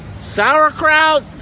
sauerkraut